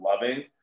loving